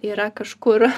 yra kažkur